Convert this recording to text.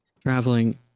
traveling